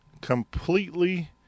completely